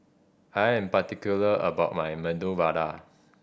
I am particular about my Medu Vada